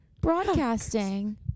broadcasting